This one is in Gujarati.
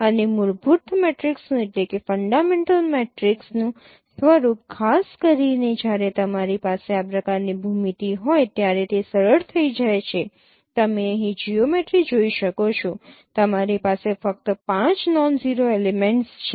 અને મૂળભૂત મેટ્રિક્સનું સ્વરૂપ ખાસ કરીને જ્યારે તમારી પાસે આ પ્રકારની ભૂમિતિ હોય ત્યારે તે સરળ થઈ જાય છે તમે અહીં જિયૉમેટ્રી જોઈ શકો છો તમારી પાસે ફક્ત 5 નોન ઝીરો એલિમેંટ્સ છે